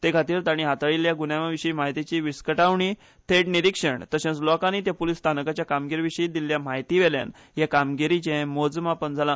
तेखातीर तांणी हाताळिल्ल्या गुन्यांवाविशी म्हायतीची विस्कटावणी थेट निरीक्षण तशेच लोकानी त्या पुलीस स्थानकाच्या कामगिरीविशी दिल्ल्या म्हायतीवेल्यान हे कामगिरीचे मोजमापन जाला